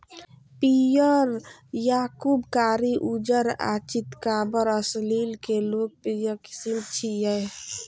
पीयर, याकूब, कारी, उज्जर आ चितकाबर असील के लोकप्रिय किस्म छियै